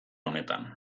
honetan